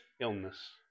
illness